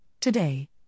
Today